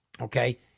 okay